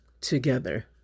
together